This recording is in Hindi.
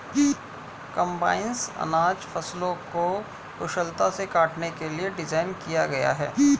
कम्बाइनस अनाज फसलों को कुशलता से काटने के लिए डिज़ाइन किया गया है